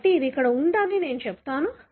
కాబట్టి ఇది ఇక్కడ ఉందని నేను చెబుతాను